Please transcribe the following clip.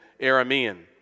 Aramean